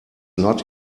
not